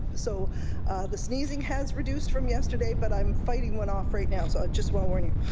so the sneezing has reduced from yesterday but i'm fighting one off right now so i just want to warn you.